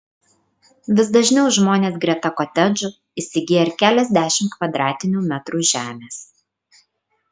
vis dažniau žmonės greta kotedžų įsigyja ir keliasdešimt kvadratinių metrų žemės